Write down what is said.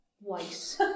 white